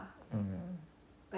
mm